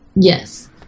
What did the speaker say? Yes